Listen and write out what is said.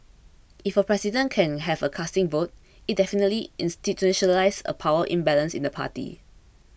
if a president can have a casting vote it definitely institutionalises a power imbalance in the party